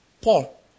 Paul